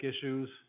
issues